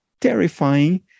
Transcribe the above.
terrifying